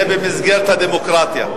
זה במסגרת הדמוקרטיה.